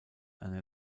eine